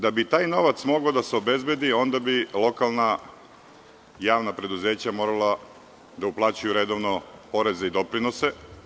Da bi taj novac mogao da se obezbedi, onda bi lokalna javna preduzeća morala da uplaćuju redovno poreze i doprinose.